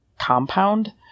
compound